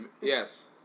Yes